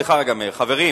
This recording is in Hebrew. חברים,